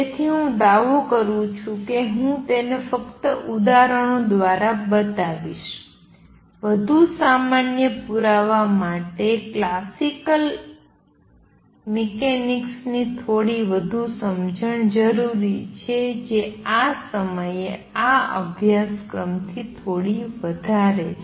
તેથી હું દાવો કરું છું કે હું તેને ફક્ત ઉદાહરણો દ્વારા બતાવીશ વધુ સામાન્ય પુરાવા માટે ક્લાસિકલ મિકેનિક્સની થોડી વધુ સમજણ જરૂરી છે જે આ સમયે આ અભ્યાસક્રમથી થોડી વધારે છે